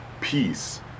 peace